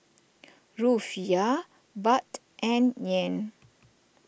Rufiyaa Baht and Yen